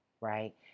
Right